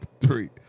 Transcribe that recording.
Three